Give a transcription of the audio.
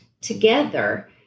together